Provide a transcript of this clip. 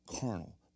carnal